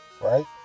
right